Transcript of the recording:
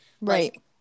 Right